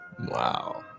Wow